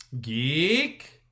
Geek